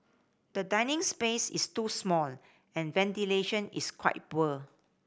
the dining space is too small and ventilation is quite poor